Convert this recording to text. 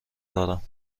دارم